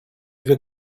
dwie